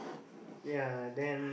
yeah then